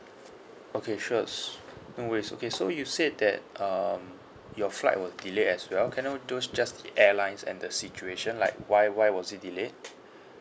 okay sure so no worries okay so you said that um your flight was delayed as well can I know those just the airlines and the situation like why why was it delayed